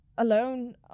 alone